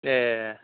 ए